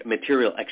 material